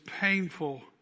painful